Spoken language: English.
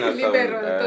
liberal